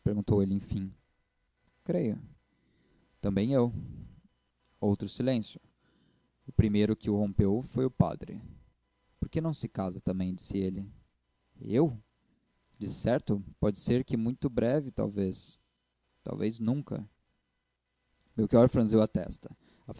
perguntou ele enfim creio também eu outro silêncio o primeiro que o rompeu foi o padre por que se não casa também disse ele eu decerto pode ser que muito breve talvez talvez nunca melchior franziu a testa